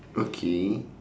okay